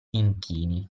inchini